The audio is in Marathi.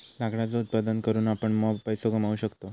लाकडाचा उत्पादन करून आपण मॉप पैसो कमावू शकतव